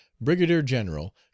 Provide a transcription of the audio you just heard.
brigadier-general